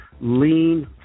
lean